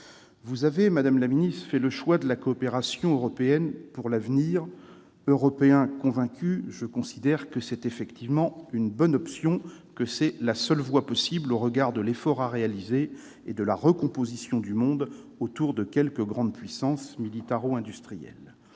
Vous avez, madame la ministre, fait le choix de la coopération européenne pour l'avenir. En tant qu'européen convaincu, je considère que c'est effectivement une bonne option, la seule voie possible au regard de l'effort à réaliser et de la recomposition du monde autour de quelques grandes puissances militaro-industrielles.